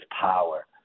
power